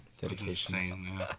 Dedication